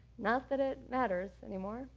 not that it matters anymore.